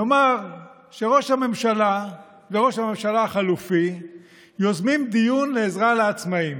נאמר שראש הממשלה וראש הממשלה החלופי יוזמים דיון לעזרה לעצמאים,